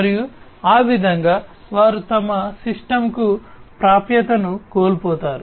మరియు ఆ విధంగా వారు తమ సిస్టమ్కు ప్రాప్యతను కోల్పోతారు